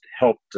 helped